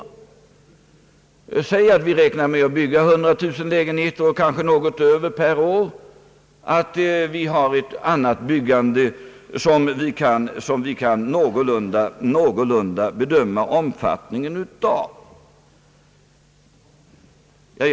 Låt oss anta att vi räknar med att bygga 100 000 lägenheter eller kanske något däröver per år och att vi någorlunda kan bedöma omfattningen av det övriga byggandet.